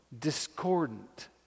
discordant